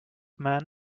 man